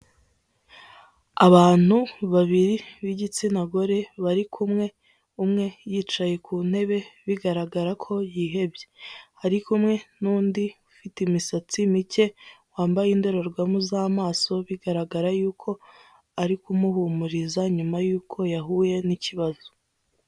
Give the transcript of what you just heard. Abantu babiri b'igitsina gore bari kumwe umwe yicaye ku ntebe bigaragara ko yihebye ari kumwe n'undi ufite imisatsi mike wambaye indorerwamo z'amaso bigaragara yuko ari kumuhumuriza nyuma yuko yahuye n'ikibazo.